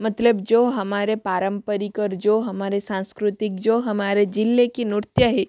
मतलब जो हमारे पारम्परिक और जो हमारे सांस्कृतिक जो हमारे जिले की नृत्य है